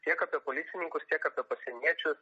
tiek apie policininkus tiek apie pasieniečius